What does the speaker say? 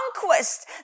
conquest